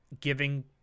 giving